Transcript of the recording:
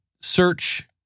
search